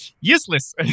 useless